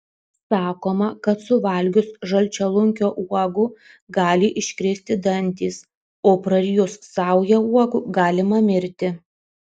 sakoma kad suvalgius žalčialunkio uogų gali iškristi dantys o prarijus saują uogų galima mirti